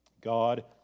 God